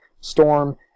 Storm